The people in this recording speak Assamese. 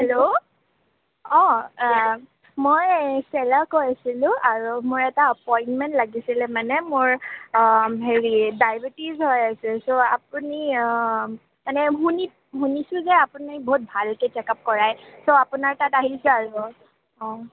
হেল্ল' অঁ মই এই চেলা কৈ আছিলোঁ আৰু মই এটা এপইণ্টমেণ্ট লাগিছিলে মানে মোৰ হেৰি ডাইবেটিছ হৈ আছে ছ' আপুনি মানে শুনি শুনিছোঁ যে আপুনি বহুত ভালকৈ চেক আপ কৰায় ছ' আপোনাৰ তাত আহিছোঁ আৰু অঁ